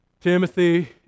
Timothy